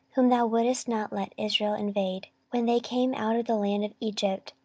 whom thou wouldest not let israel invade, when they came out of the land of egypt,